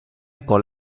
con